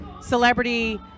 Celebrity